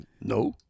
No